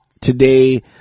Today